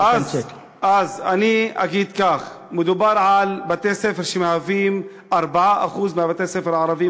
אז אני אגיד כך: מדובר על בתי-ספר שמהווים 4% מבתי-הספר הערביים,